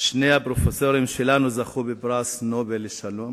שני פרופסורים שלנו זכו בפרס נובל לשלום